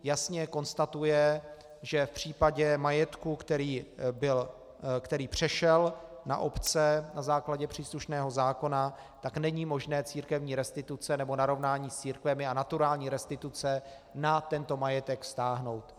Jasně konstatuje, že v případě majetku, který přešel na obce na základě příslušného zákona, není možné církevní restituce nebo narovnání s církvemi a naturální restituce na tento majetek vztáhnout.